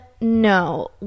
no